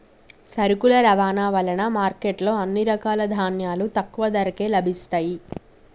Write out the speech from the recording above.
సరుకుల రవాణా వలన మార్కెట్ లో అన్ని రకాల ధాన్యాలు తక్కువ ధరకే లభిస్తయ్యి